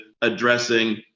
addressing